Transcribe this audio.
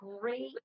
great